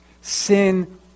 sin